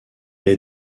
est